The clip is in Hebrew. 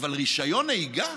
אבל רישיון נהיגה?